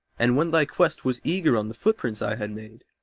and when thy quest was eager on the footprints i had made,